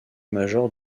major